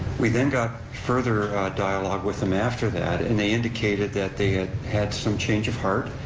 we then got further dialogue with them after that and they indicated that they had had some change of heart,